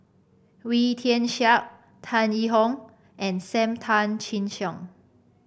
Wee Tian Siak Tan Yee Hong and Sam Tan Chin Siong